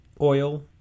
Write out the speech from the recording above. Oil